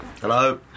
Hello